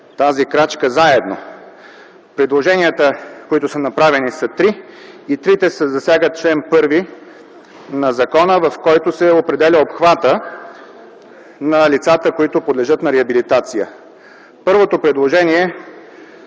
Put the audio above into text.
тази крачка заедно. Предложенията, които са направени, са три, и трите засягат чл. 1 на закона, в който се определя обхвата на лицата, които подлежат на реабилитация. Първото предложение, е